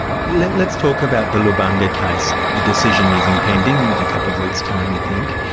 let's talk about the lubanga case. the decision is impending, in a couple of weeks' time, you think.